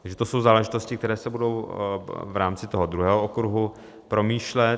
Takže to jsou záležitosti, které se budou v rámci toho druhého okruhu promýšlet.